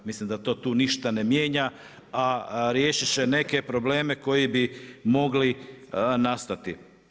Mislim da to tu ništa ne mijenja, a riješit će neke probleme koji bi mogli nastati.